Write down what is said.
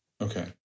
Okay